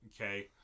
Okay